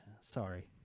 Sorry